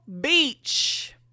Beach